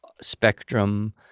spectrum